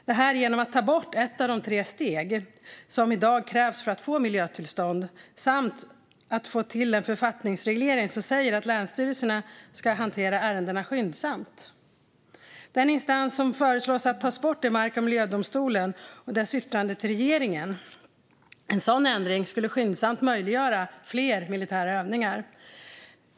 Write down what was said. Det skulle ske genom att ta bort ett av de tre steg som i dag krävs för att få miljötillstånd, samt att få till en författningsreglering som säger att länsstyrelserna ska hantera ärendena skyndsamt. Den instans som föreslås tas bort är mark och miljödomstolen och dess yttrande till regeringen. En sådan ändring skulle skyndsamt möjliggöra fler militära övningar.